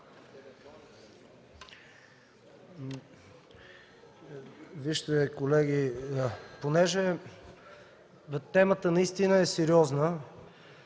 (КБ): Колеги, понеже темата наистина е сериозна,